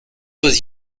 was